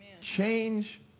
Change